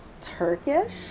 Turkish